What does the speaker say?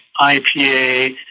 IPA